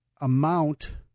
amount